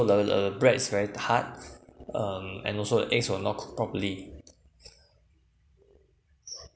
the the breads were a little hard um and also eggs were not cook properly